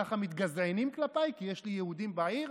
כך אתם מתגזענים כלפיי כי יש לי יהודים בעיר?